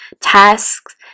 tasks